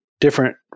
different